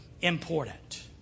important